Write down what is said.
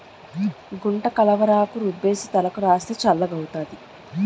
గుంటకలవరాకు రుబ్బేసి తలకు రాస్తే చల్లగౌతాది